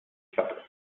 klappe